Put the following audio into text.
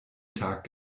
tag